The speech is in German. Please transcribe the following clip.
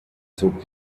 zog